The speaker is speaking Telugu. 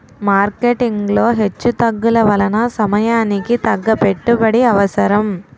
మార్కెటింగ్ లో హెచ్చుతగ్గుల వలన సమయానికి తగ్గ పెట్టుబడి అవసరం